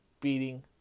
beating